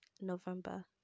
November